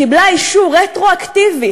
קיבלה אישור רטרואקטיבי